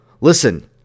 Listen